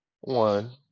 One